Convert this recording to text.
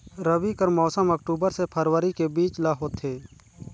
रबी कर मौसम अक्टूबर से फरवरी के बीच ल होथे